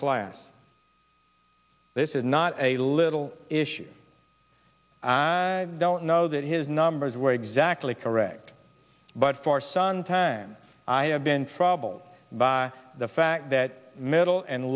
class this is not a little issue i don't know that his numbers were exactly correct but for suntanned i have been troubled by the fact that middle and